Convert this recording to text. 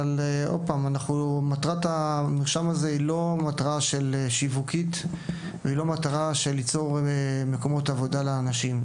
אבל מטרת המרשם הזה היא לא שיווק ויצירת מקומות עבודה לאנשים.